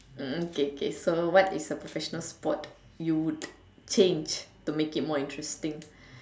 hmm okay okay so what is the professional sport you would change to make it more interesting